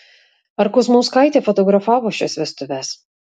ar kuzmauskaitė fotografavo šias vestuves